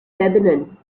lebanon